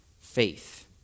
faith